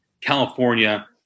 California